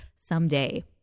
someday